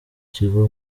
kigo